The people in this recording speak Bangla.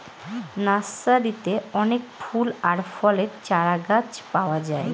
নার্সারিতে অনেক ফুল আর ফলের চারাগাছ পাওয়া যায়